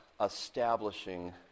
establishing